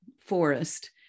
forest